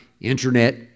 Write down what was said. Internet